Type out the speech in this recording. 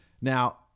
Now